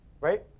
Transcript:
right